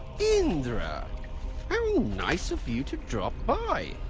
indra! how nice of you to drop by.